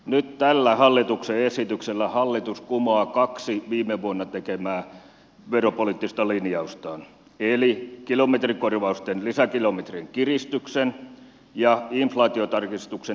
nyt tällä hallituksen esityksellä hallitus kumoaa kaksi viime vuonna tekemäänsä veropoliittista linjausta eli kilometrikorvausten lisäkilometrien kiristyksen ja inflaatiotarkistuksen tekemättä jättämisen